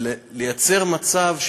וליצור מצב,